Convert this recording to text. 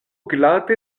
glate